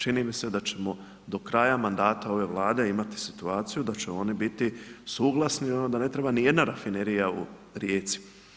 Čini mi se da ćemo do kraja mandata ove vlade, imati situaciju, da će oni biti suglasni i da ne treba niti jedna rafinerija u Rijeci.